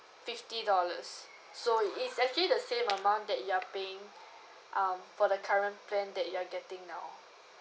fifty dollars so it's actually the same amount that you're paying um for the current plan that you're getting now